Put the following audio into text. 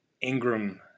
ingram